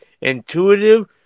intuitive